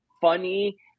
funny